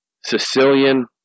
Sicilian